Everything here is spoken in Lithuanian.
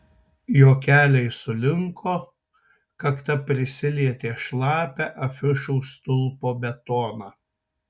jo keliai sulinko kakta prisilietė šlapią afišų stulpo betoną